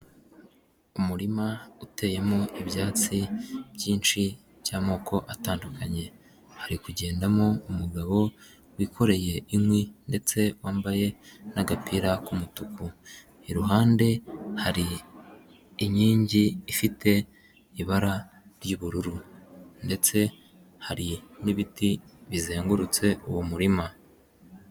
Umurima uteyemo ibyatsi byinshi by'amoko atandukanye, hari kugendamo umugabo wikoreye inkwi ndetse wambaye n'agapira k'umutuku, iruhande hari inkingi ifite ibara ry'ubururu ndetse hari n'ibiti bizengurutse uwo murima.